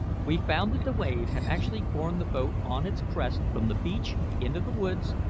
we found that the wave had actually borne the boat on its crest from the beach into the woods,